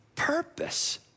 purpose